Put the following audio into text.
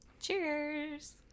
Cheers